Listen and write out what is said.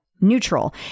neutral